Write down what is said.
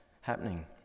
happening